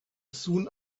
soon